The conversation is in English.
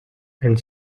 and